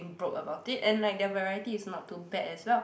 broke about it and like their variety is not too bad as well